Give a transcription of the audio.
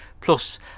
Plus